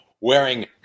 wearing